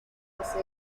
base